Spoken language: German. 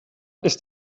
ist